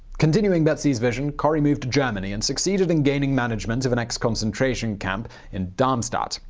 continuing betsie's vision, corrie moved to germany and succeeded in gaining management of an ex concentration camp in darmstadt.